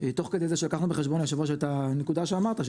תוך כדי זה שלקחנו בחשבון את הנקודה שאמרת,